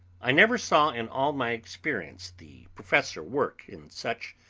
i never saw in all my experience the professor work in such